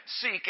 seek